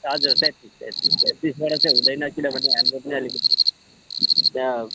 हजुर तेत्तिस तेतिस तेत्तिसबाट चाहिँ हुँदैन किनभने हाम्रो पनि अलिकति त्यहाँ